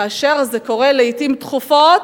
כאשר זה קורה לעתים תכופות,